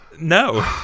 No